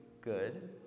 good